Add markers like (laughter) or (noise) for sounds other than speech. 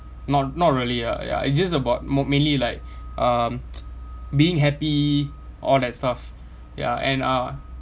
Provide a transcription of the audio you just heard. not not really ah ya ya it just about more mainly like (breath) um (noise) being happy all that stuff ya and uh